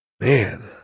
Man